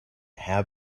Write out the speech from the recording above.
how